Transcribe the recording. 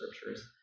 scriptures